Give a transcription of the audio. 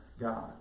God